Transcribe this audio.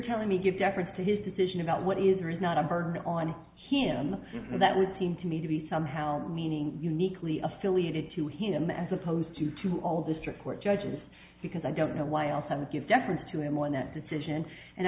telling me give deference to his decision about what is or is not a burden on him that would seem to me to be somehow meaning uniquely affiliated to him as opposed to to all district court judges because i don't know why all seven give deference to him when that decision and